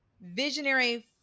visionary